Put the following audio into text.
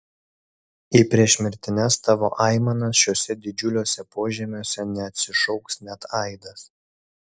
į priešmirtines tavo aimanas šiuose didžiuliuose požemiuose neatsišauks net aidas